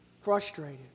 frustrated